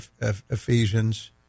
Ephesians